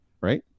right